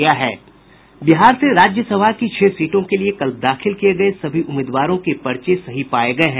बिहार मे राज्य सभा की छह सीटों के लिए कल दाखिल किये गये सभी उम्मीदवारों के पर्चे सही पाये गये हैं